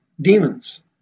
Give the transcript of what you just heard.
demons